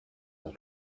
will